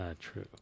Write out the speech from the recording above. true